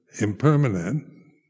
impermanent